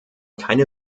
keine